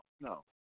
no